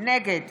נגד